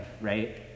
right